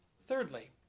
Thirdly